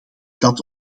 dat